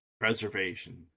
preservation